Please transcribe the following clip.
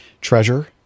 treasure